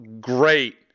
great